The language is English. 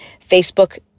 Facebook